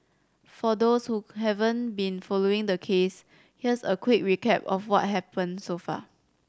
for those who haven't been following the case here's a quick recap of what's happened so far